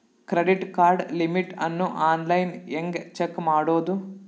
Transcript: Credit card limit ಅನ್ನು online ಹೆಂಗ್ check ಮಾಡೋದು?